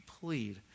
plead